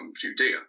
Judea